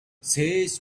says